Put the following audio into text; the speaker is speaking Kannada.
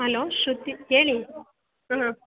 ಹಲೋ ಶೃತಿ ಹೇಳಿ ಹಾಂ